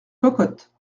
cocottes